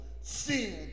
sin